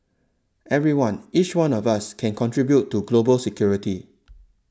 everyone each one of us can contribute to global security